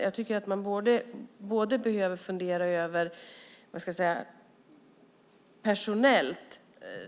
Jag tycker att man behöver fundera över personellt